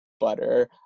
Butter